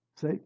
See